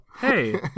Hey